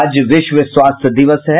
आज विश्व स्वास्थ्य दिवस है